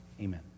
Amen